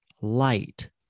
light